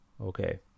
okay